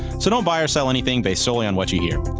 so don't buy or sell anything based solely on what you hear.